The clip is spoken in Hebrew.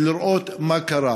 ולראות מה קרה,